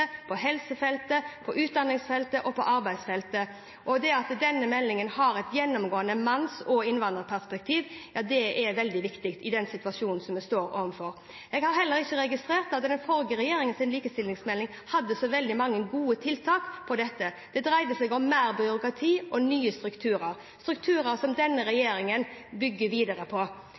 helsefeltet, utdanningsfeltet og arbeidsfeltet. Det at denne meldingen har et gjennomgående manns- og innvandrerperspektiv, er veldig viktig i den situasjonen vi står overfor. Jeg har heller ikke registrert at den forrige regjeringens likestillingsmelding hadde så veldig mange gode tiltak på dette området. Det dreide seg om mer byråkrati og nye strukturer – strukturer som denne regjeringen bygger videre på.